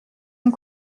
ont